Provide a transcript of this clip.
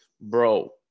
bro